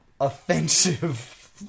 offensive